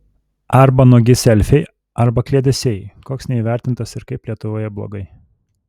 arba nuogi selfiai arba kliedesiai koks neįvertintas ir kaip lietuvoje blogai